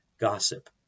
gossip